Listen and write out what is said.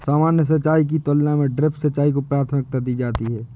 सामान्य सिंचाई की तुलना में ड्रिप सिंचाई को प्राथमिकता दी जाती है